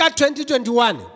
2021